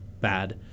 bad